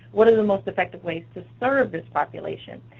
what are the most effective ways to serve this population?